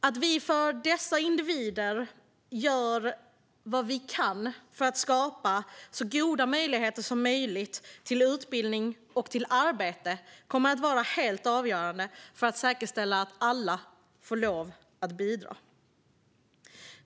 Att vi för dessa individer gör vad vi kan för att skapa så goda möjligheter som möjligt till utbildning och till arbete kommer att vara helt avgörande för att säkerställa att alla ska få lov att bidra.